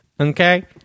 Okay